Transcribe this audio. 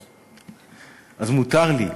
אז מותר לי.